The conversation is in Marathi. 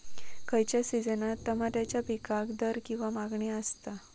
खयच्या सिजनात तमात्याच्या पीकाक दर किंवा मागणी आसता?